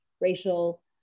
racial